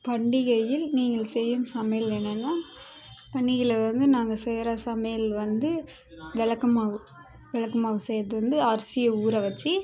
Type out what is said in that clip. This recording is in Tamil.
பண்டிகையில் நீங்கள் செய்யும் சமையல் என்னென்னா பண்டிகையில் வந்து நாங்கள் செய்கிற சமையல் வந்து விளக்கு மாவு விளக்கு மாவு செய்கிறது வந்து அரிசியை ஊற வச்சு